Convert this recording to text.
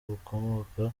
bukomoka